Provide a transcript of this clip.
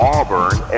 Auburn